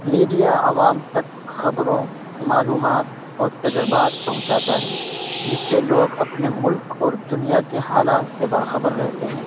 media عوام تک خبروں معلومات اور تجربات پہنچاتا ہے جس سے لوگ اپنے ملک اور دنیا کے حالات سے باخبر رہتے ہیں